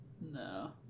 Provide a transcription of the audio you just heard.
No